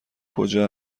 کجا